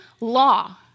law